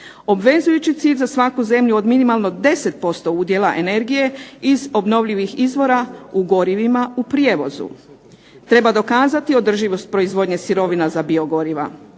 Obvezujući cilj za svaku zemlju od minimalno 10% udjela energije iz obnovljivih izvora u gorivima u prijevozu. Treba dokazati održivost proizvodnje sirovina za biogoriva,